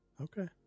Okay